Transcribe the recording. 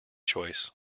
choice